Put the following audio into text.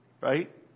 right